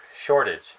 shortage